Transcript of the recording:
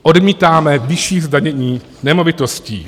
Odmítáme vyšší zdanění nemovitostí.